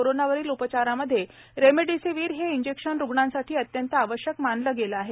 कोरोनावरील उपचारामध्ये रेमडेसीवीर हे इंजेक्शन रुग्णांसाठी अत्यंत आवश्यक मानले गेले आहे